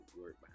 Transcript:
work